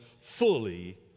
fully